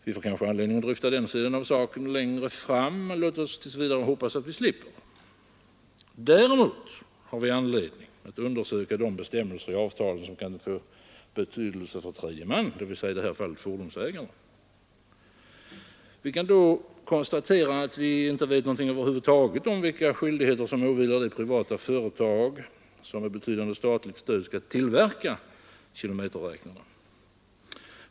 Vi får kanske anledning att dryfta den sidan av saken längre fram, men låt oss tills vidare hoppas att vi slipper. Däremot har vi anledning att undersöka de bestämmelser i avtalen, som kan få betydelse för tredje man, dvs. i detta fall fordonsägarna. Vi kan då konstatera att vi inte vet något över huvud taget om vilka skyldigheter som åvilar det privata företag, som med betydande statligt stöd skall tillverka kilometerräknarna.